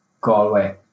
Galway